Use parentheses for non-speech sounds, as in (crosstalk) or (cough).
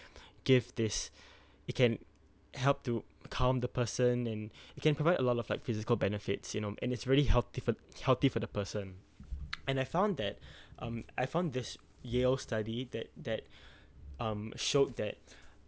(breath) give this (breath) it can help to calm the person and (breath) it can provide a lot of like physical benefits you know and it's really healthy for healthy for the person (noise) and I found that (breath) um I found this yale study that that (breath) um showed that (breath)